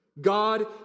God